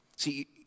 See